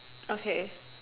okay